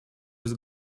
без